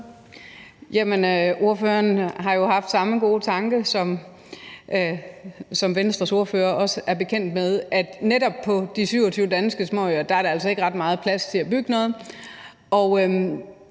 ordføreren har jo haft samme gode tanke, som Venstres ordfører også er bekendt med, nemlig at netop på de 27 danske småøer er der altså ikke ret meget plads til at bygge noget,